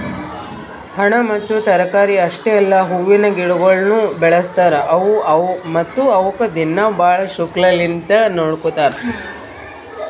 ಹಣ್ಣ ಮತ್ತ ತರಕಾರಿ ಅಷ್ಟೆ ಅಲ್ಲಾ ಹೂವಿನ ಗಿಡಗೊಳನು ಬೆಳಸ್ತಾರ್ ಮತ್ತ ಅವುಕ್ ದಿನ್ನಾ ಭಾಳ ಶುಕ್ಷ್ಮಲಿಂತ್ ನೋಡ್ಕೋತಾರ್